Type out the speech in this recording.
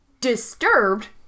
disturbed